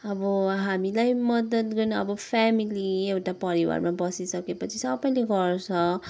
अब हामीलाई मद्दत गर्नु अब फ्यामिली एउटा परिवारमा बसिसकेपछि सबैले गर्छ